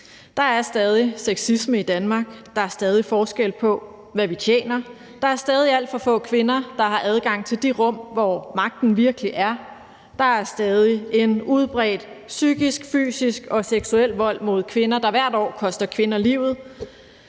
Der er stadig sexisme i Danmark; der er stadig forskel på, hvad vi tjener; der er stadig alt for få kvinder, der har adgang til de rum, hvor magten virkelig er; der er stadig en udbredt psykisk, fysisk og seksuel vold mod kvinder, der hvert år koster kvinder livet;